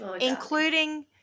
including